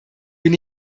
bin